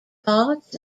parts